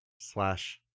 slash